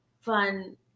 fun